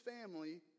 family